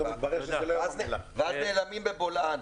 --- ואז נעלמים בבולען.